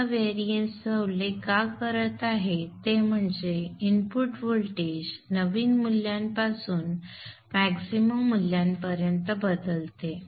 मी या भिन्नतेचा उल्लेख का करत आहे ते म्हणजे इनपुट व्होल्टेज नवीन मूल्यापासून मॅक्सिमम मूल्यापर्यंत बदलते